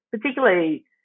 particularly